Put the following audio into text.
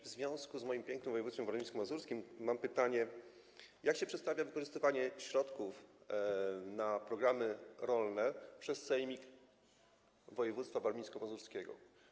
W związku z moim pięknym województwem warmińsko-mazurskim mam pytanie: Jak się przedstawia wykorzystywanie środków przeznaczonych na programy rolne przez Sejmik Województwa Warmińsko-Mazurskiego?